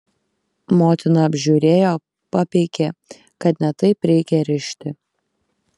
motina apžiūrėjo papeikė kad ne taip reikia rišti